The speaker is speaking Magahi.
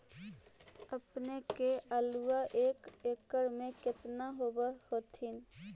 अपने के आलुआ एक एकड़ मे कितना होब होत्थिन?